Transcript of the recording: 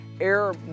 air